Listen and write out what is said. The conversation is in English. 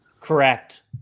Correct